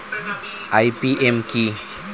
IPM কি?